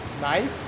Nice